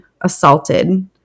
assaulted